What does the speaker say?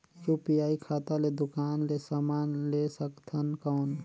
UPI खाता ले दुकान ले समान ले सकथन कौन?